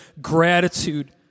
gratitude